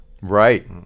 right